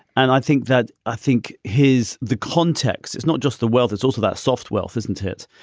and i think that i think his the context it's not just the wealth. it's also that soft wealth, isn't it?